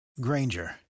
Granger